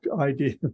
idea